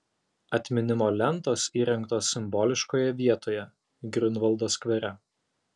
atminimo lentos įrengtos simboliškoje vietoje griunvaldo skvere